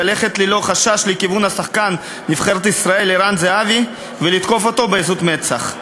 ללכת ללא חשש לכיוון שחקן נבחרת ישראל ערן זהבי ולתקוף אותו בעזות מצח,